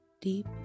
deep